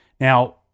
Now